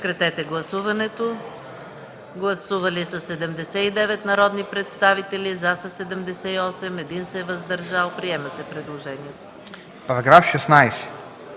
Параграф 11